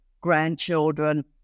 grandchildren